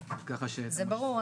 זה ברור,